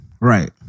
right